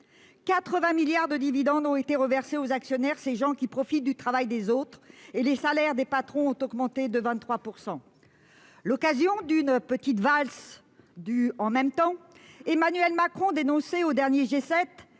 80 milliards d'euros de dividendes ont été reversés aux actionnaires, ces gens qui profitent du travail des autres, et les salaires des patrons ont augmenté de 23 %. Ce fut l'occasion d'une petite valse du « en même temps » pour Emmanuel Macron, qui dénonçait lors du dernier G7